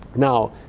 now,